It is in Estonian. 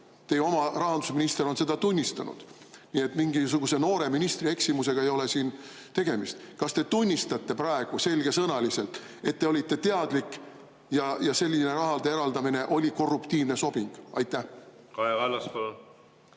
teie oma rahandusminister on seda tunnistanud. Nii et mingisuguse noore ministri eksimusega ei ole siin tegemist. Kas te tunnistate praegu selgesõnaliselt, et te olite teadlik ja selline rahade eraldamine oli korruptiivne sobing? Aitäh,